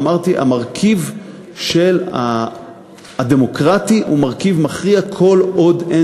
אמרתי: המרכיב הדמוקרטי הוא מרכיב מכריע כל עוד אין